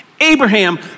Abraham